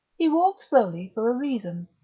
he walked slowly for a reason,